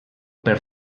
per